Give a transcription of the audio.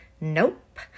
Nope